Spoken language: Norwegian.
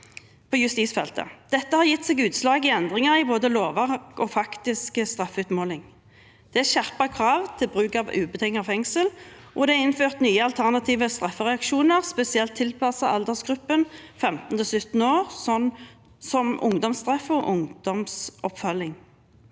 Dette har gitt seg utslag i endringer i både lovverk og faktisk straffeutmåling. Det er skjerpede krav til bruk av ubetinget fengsel, og det er innført nye alternative straffereaksjoner spesielt tilpasset aldersgruppen 15– 17 år, som ungdomsstraff og ungdomsoppfølging.